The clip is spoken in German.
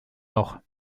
noch